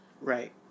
Right